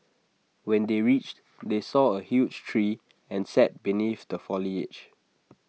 when they reached they saw A huge tree and sat beneath the foliage